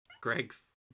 Greg's